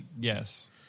yes